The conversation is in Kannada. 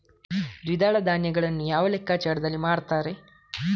ದ್ವಿದಳ ಧಾನ್ಯಗಳನ್ನು ಯಾವ ಲೆಕ್ಕಾಚಾರದಲ್ಲಿ ಮಾರ್ತಾರೆ?